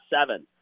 seven